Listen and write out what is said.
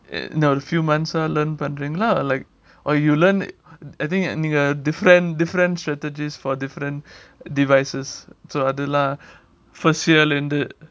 uh now a few months all learn பண்றீங்கள:pandringala or like or you learn I think err different different strategies for different devices so அதுலாம்:athulaam first year leh இருந்து:irunthu